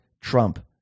Trump